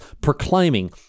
proclaiming